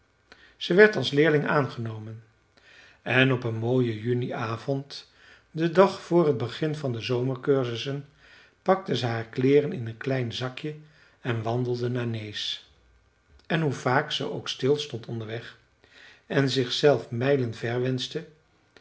ze werd als leerling aangenomen en op een mooien juni avond den dag vr het begin van de zomercursussen pakte ze haar kleeren in een klein zakje en wandelde naar nääs en hoe vaak ze ook stilstond onderweg en zichzelf mijlen ver